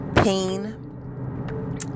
pain